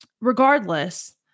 regardless